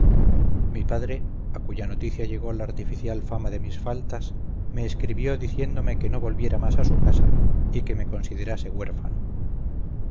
mi padre a cuya noticia llegó la artificial fama de mis faltas me escribió diciéndome que no volviera más a su casa y que me considerase huérfano